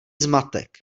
zmatek